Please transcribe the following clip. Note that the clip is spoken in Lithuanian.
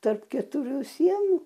tarp keturių sienų